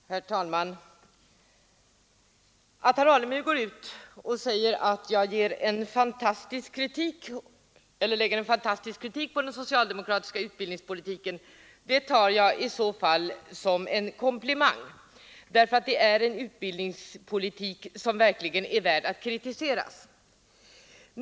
Herr talman! Att herr Alemyr går ut och säger att jag riktar en fantastisk kritik mot den socialdemokratiska utbildningspolitiken tar jag som en komplimang därför att det är en utbildningspolitik som verkligen är värd att kritisera.